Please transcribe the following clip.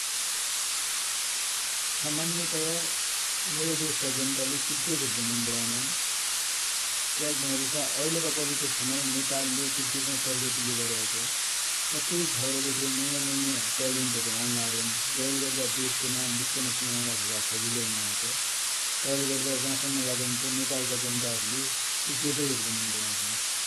सामन्यतया मेरो देश का जनताले क्रिक्रेट हेर्दु मन परउननु, क्याकि भन्यापछा ऐल का परिपेक्षमाइ नेपाल ले क्रिकेट मा प्रगति ले गर्या छ । प्रतेक ठउर बठे नया नया ट्यालेन्टहरु औनुलार्यानु। जैले गर्दा देश को नाम बिश्वो माइ चिनौनाकि लेखा सजिलो हुन्लाछ, तै खि लेखा जा सम्म लागन्छ नेपाल का जनता हरु ले क्रिक्र्ट हेर्दु मन परौन्छ्न ।